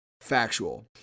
factual